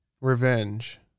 revenge